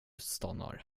stannar